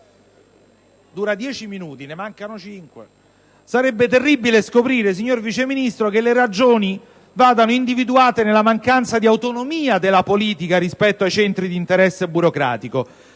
sull'operato del Governo? Sarebbe terribile scoprire, signor Vice Ministro, che le ragioni vadano individuate nella mancanza di autonomia della politica rispetto ai centri di interesse burocratico.